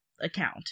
account